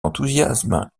enthousiasme